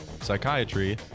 psychiatry